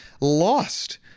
lost